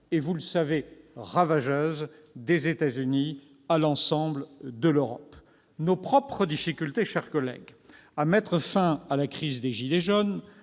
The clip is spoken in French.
est, vous le savez, ravageuse, des États-Unis à l'ensemble de l'Europe. Nos propres difficultés, mes chers collègues, à mettre fin à la crise des « gilets jaunes